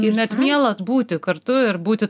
ir net miela būti kartu ir būti